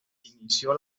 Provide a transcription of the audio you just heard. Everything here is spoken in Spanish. inició